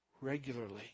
regularly